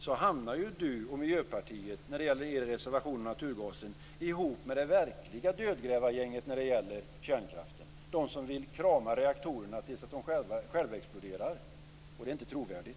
Då hamnar ni i Miljöpartiet, när det gäller er reservation om naturgasen, ihop med det verkliga dödgrävargänget i fråga om kärnkraften, de som vill krama reaktorerna tills de självexploderar. Det är inte trovärdigt.